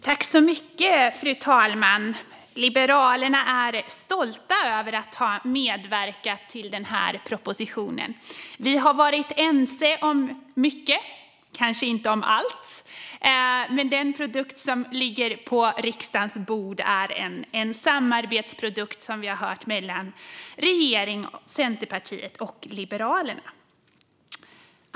Fru talman! Liberalerna är stolta över att ha medverkat till propositionen. Vi har varit ense om mycket men kanske inte om allt. Den produkt som ligger på riksdagens bord är, som vi har hört, en samarbetsprodukt från regeringen, Centerpartiet och Liberalerna.